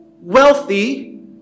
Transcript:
wealthy